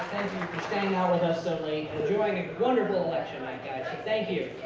you know with us so late, enjoying a wonderful election night, guys. so thank you.